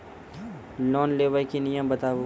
Loan लेबे के नियम बताबू?